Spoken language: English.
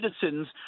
citizens